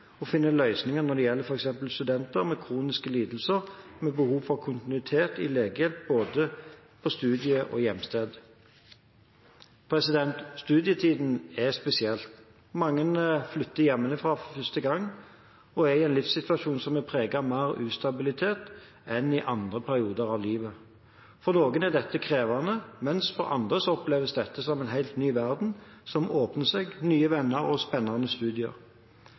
å finne løsninger når det gjelder f.eks. studenter med kroniske lidelser og behov for kontinuitet i legehjelp både på studie- og hjemsted. Studietiden er spesiell. Mange flytter hjemmefra for første gang og er i en livssituasjon som er preget av mer ustabilitet enn i andre perioder av livet. For noen er dette krevende, mens det for andre oppleves som en helt ny verden som åpner seg – nye venner og spennende studier.